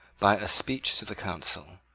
by a speech to the council.